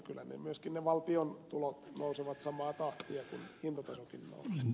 kyllä myöskin ne valtion tulot nousevat samaa tahtia kuin hintatasokin nousee